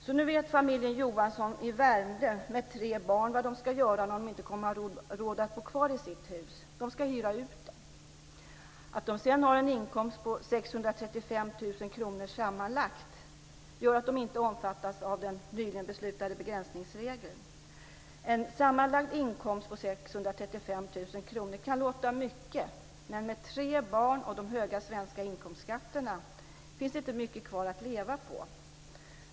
Så nu vet familjen Johansson i Värmdö, med tre barn, vad de ska göra om de inte kommer att ha råd att bo kvar i sitt hus. De ska hyra ut det. Att de sedan har en inkomst på 635 000 kr sammanlagt gör att de inte omfattas av den nyligen beslutade begränsningsregeln. En sammanlagd inkomst på 635 000 kr kan låta mycket. Men med tre barn och de höga svenska inkomstskatterna finns det inte mycket kvar att leva på.